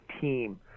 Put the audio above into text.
team